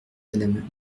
madame